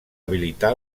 habilitar